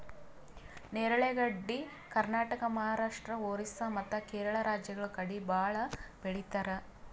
ನೇರಳೆ ಗಡ್ಡಿ ಕರ್ನಾಟಕ, ಮಹಾರಾಷ್ಟ್ರ, ಓರಿಸ್ಸಾ ಮತ್ತ್ ಕೇರಳ ರಾಜ್ಯಗಳ್ ಕಡಿ ಭಾಳ್ ಬೆಳಿತಾರ್